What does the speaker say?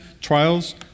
trials